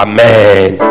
Amen